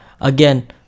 again